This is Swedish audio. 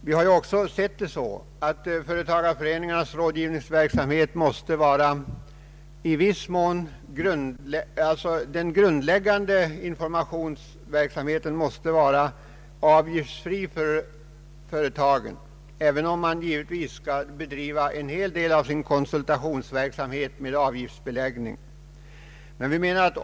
Vi har också sett det så att företagareföreningarnas grundläggande <informationsverksamhet måste vara avgiftsfri för företagen, även om man skall bedriva en hel del av konsultationsverk samheten med avgiftsbeläggning.